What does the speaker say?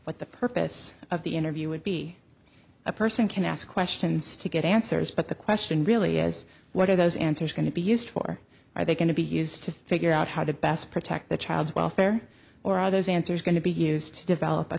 what the purpose of the interview would be a person can ask questions to get answers but the question really is what are those answers going to be used for are they going to be used to figure out how to best protect the child's welfare or are those answers going to be used to develop a